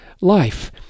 life